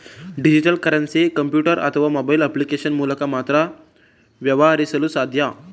digital currency computer ಅಥವಾ mobile application ಮೂಲಕ ಮಾತ್ರ ವ್ಯವಹರಿಸಲು ಸಾಧ್ಯ